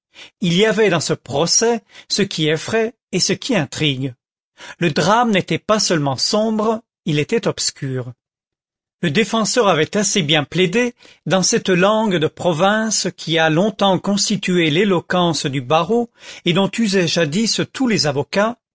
il y avait dans ce procès ce qui effraye et ce qui intrigue le drame n'était pas seulement sombre il était obscur le défenseur avait assez bien plaidé dans cette langue de province qui a longtemps constitué l'éloquence du barreau et dont usaient jadis tous les avocats